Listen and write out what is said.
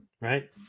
Right